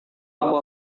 aku